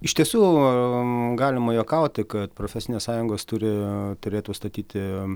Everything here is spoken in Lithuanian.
iš tiesų galima juokauti kad profesinės sąjungos turi turėtų statyti